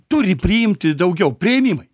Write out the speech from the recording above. turi priimti daugiau priėmimai